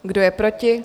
Kdo je proti?